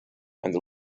and